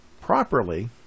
properly